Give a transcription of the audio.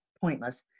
pointless